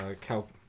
Cal